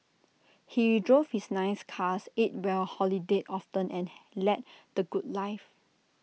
he drove his nice cars ate well holidayed often and led the good life